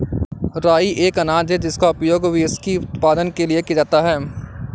राई एक अनाज है जिसका उपयोग व्हिस्की उत्पादन के लिए किया जाता है